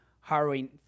harrowing